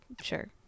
Sure